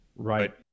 Right